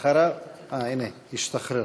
אחריו, אה, הנה, השתחרר.